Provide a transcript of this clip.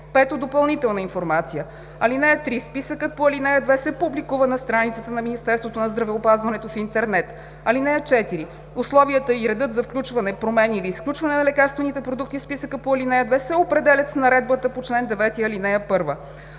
5. допълнителна информация. (3) Списъкът по ал. 2 се публикува на страницата на Министерството на здравеопазването в интернет. (4) Условията и редът за включване, промени или изключване на лекарствени продукти в списъка по ал. 2 се определят с наредбата по чл. 9, ал. 1.